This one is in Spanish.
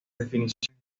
definición